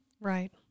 Right